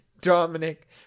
dominic